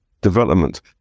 development